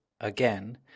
Again